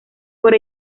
por